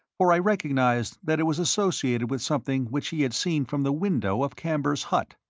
for i recognized that it was associated with something which he had seen from the window of camber's hut.